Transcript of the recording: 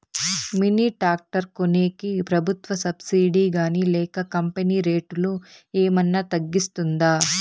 Mini tractor కొనేకి ప్రభుత్వ subsidy గాని లేక కంపెని రేటులో ఏమన్నా తగ్గిస్తుందా?